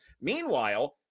Meanwhile